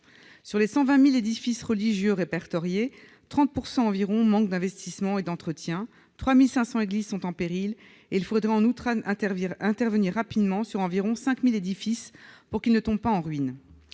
Sur les 120 000 édifices religieux répertoriés, environ 30 % manquent d'investissements et d'entretien ; 3 500 églises sont en péril, et il faudrait intervenir rapidement sur environ 5 000 édifices pour qu'ils ne tombent pas en ruines.